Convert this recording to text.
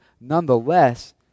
Nonetheless